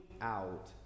out